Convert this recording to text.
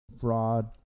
fraud